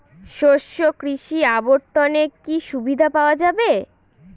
শস্য কৃষি অবর্তনে কি সুবিধা পাওয়া যাবে?